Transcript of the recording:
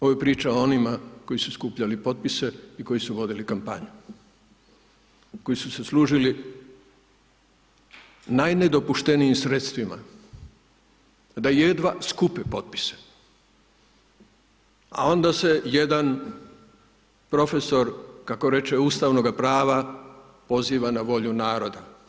Ovo je priča o onima koji su skupljali potpise i koji su vodili kampanju, koji su se služili, najnedopuštenijim sredstvima da jedva skupe potpise, a onda se jedan profesor kako reče ustavnoga prava, poziva na volju naroda.